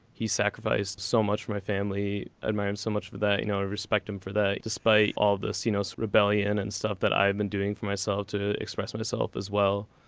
he sacrificed so much for my family i admire him so much for that. you know i respect him for that despite all this you know so rebellion and stuff that i've been doing for myself to express myself as well.